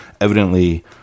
evidently